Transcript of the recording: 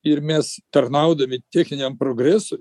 ir mes tarnaudami techniniam progresui